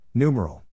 Numeral